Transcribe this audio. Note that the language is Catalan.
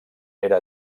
era